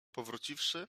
powróciwszy